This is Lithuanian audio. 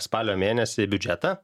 spalio mėnesį biudžetą